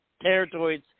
Territories